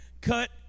Cut